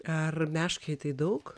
ar meškai tai daug